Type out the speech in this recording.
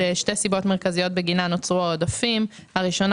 יש שתי סיבות מרכזיות בגינן נוצרו העודפים: הראשונה